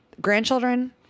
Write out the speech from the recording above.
Grandchildren